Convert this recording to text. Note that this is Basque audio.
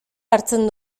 hartzen